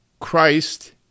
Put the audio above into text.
Christ